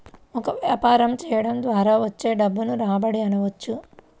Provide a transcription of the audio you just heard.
ఒక వ్యాపారం చేయడం ద్వారా వచ్చే డబ్బును రాబడి అనవచ్చు